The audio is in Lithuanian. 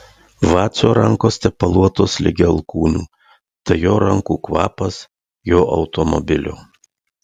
vacio rankos tepaluotos ligi alkūnių tai jo rankų kvapas jo automobilio